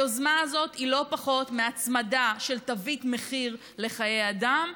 היוזמה הזאת היא לא פחות מהצמדה של תווית מחיר לחיי אדם.